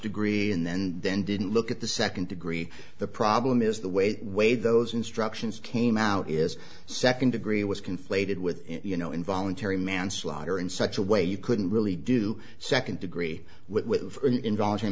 degree in the and then didn't look at the second degree the problem is the way the way those instructions came out is second degree was conflated with you know involuntary manslaughter in such a way you couldn't really do second degree with involuntary